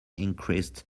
increased